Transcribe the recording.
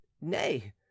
nay